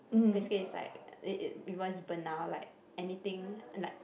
risky side it it involves burn out like anything like